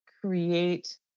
create